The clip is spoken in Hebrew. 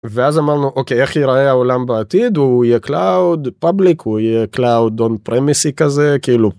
ואז אמרנו אוקיי איך יראה העולם בעתיד הוא יהיה קלאוד פבליק הוא יהיה קלאוד און פרמסיס כזה כאילו.